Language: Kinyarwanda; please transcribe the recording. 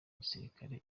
gisirikare